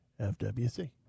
FWC